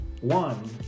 one